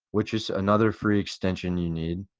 which is another free extension you need.